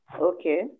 Okay